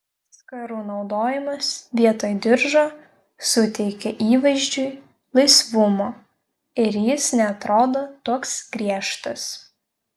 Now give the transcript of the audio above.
skarų naudojimas vietoj diržo suteikia įvaizdžiui laisvumo ir jis neatrodo toks griežtas